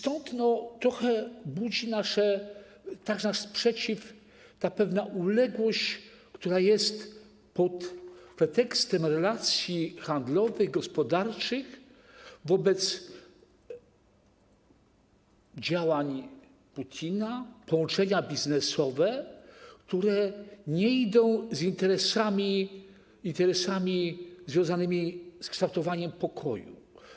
Trochę budzi nasz sprzeciw ta pewna uległość, która jest pod pretekstem relacji handlowych, gospodarczych, wobec działań Putina; połączenia biznesowe, które nie idą w parze z interesami związanymi z kształtowaniem pokoju.